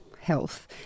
health